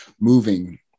moving